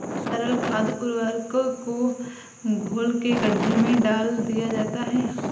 तरल खाद उर्वरक को घोल के गड्ढे में डाल दिया जाता है